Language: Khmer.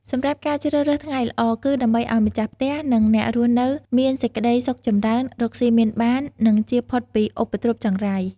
សម្រាប់ការជ្រើសរើសថ្ងៃល្អ គឺដើម្បីឲ្យម្ចាស់ផ្ទះ និងអ្នករស់នៅមានសេចក្តីសុខចម្រើន រកស៊ីមានបាន និងជៀសផុតពីឧបទ្រពចង្រៃ។